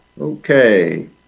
Okay